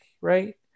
Right